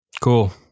cool